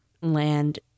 land